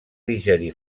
digerir